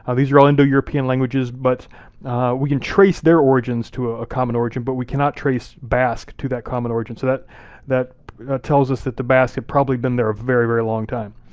ah these are all indo-european languages, but we can trace their origins to a common origin. but we cannot trace basque to that common origin, so that that tells us that the basque have probably been there a very, very long time.